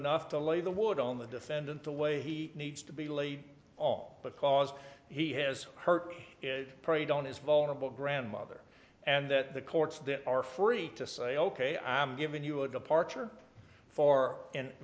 enough to lay the wood on the defendant the way he needs to be laid off because he has hurt it preyed on is vulnerable grandmother and that the courts are free to say ok i'm giving you a departure for